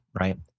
Right